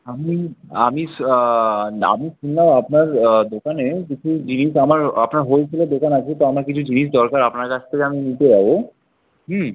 আমি আমিস আমি শুনলাম আপনার দোকানে কিছু জিনিস আমার আপনার হোলসেলের দোকান আছে তো আমার কিছু জিনিস দরকার আপনার কাছ থেকে আমি নিতে যাবো হুম